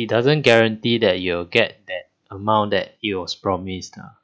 it doesn't guarantee that you'll get that amount that you was promised ah